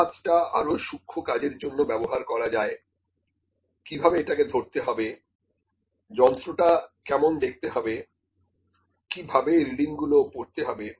ডান হাতটা আরো সূক্ষ্ম কাজের জন্য ব্যবহার করা যায় কিভাবে এটাকে ধরতে হবে যন্ত্রটা কেমন দেখতে হবে কি ভাবে রিডিং গুলো পড়তে হবে